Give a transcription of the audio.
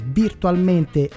virtualmente